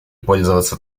пользоваться